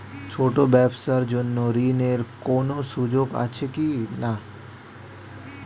ছোট ব্যবসার জন্য ঋণ এর কোন সুযোগ আছে কি না?